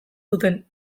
zuten